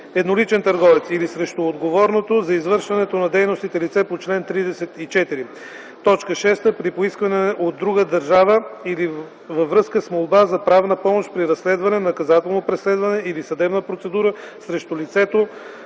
едноличен търговец или срещу отговорното за извършването на дейностите лице по чл. 34; 6. при поискване от друга държава във връзка с молба за правна помощ при разследване, наказателно преследване или съдебна процедура срещу лицето